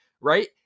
right